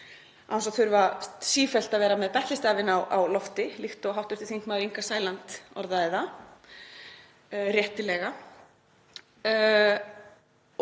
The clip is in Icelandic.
þess að þurfa sífellt að vera með betlistafinn á lofti, líkt og hv. þm. Inga Sæland orðaði það réttilega.